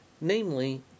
Namely